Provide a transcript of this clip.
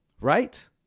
Right